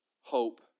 Hope